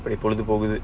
pretty political with it